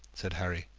said harry.